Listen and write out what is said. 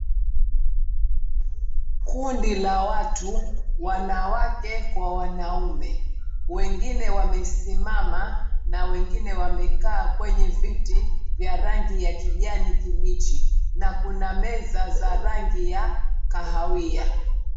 Kundi la watu wanawake kwa wanaume wengine wamesimama na wengine wamekaa kwenye viti vya rangi ya kijani kibichi na kuna meza za rangi ya kahawia.